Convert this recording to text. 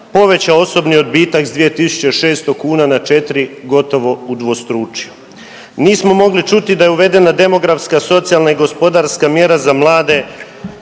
povećao osobni odbitak s 2.600 kuna na 4, gotovo udvostručio. Nismo mogli čuti da je uvedena demografska, socijalna i gospodarska mjera za mlade